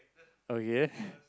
okay